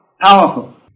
powerful